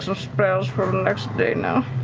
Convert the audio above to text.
so spells for the next day now.